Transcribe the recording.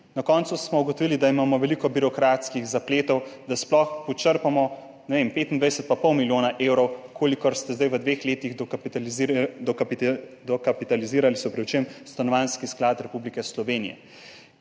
na koncu smo ugotovili, da imamo veliko birokratskih zapletov, da sploh počrpamo, ne vem, 25 in pol milijona evrov, kolikor ste zdaj v dveh letih dokapitalizirali Stanovanjski sklad Republike Slovenije.